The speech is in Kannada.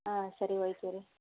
ಹಾಂ ಸರಿ ಒಯ್ತೀವಿ ರೀ